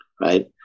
Right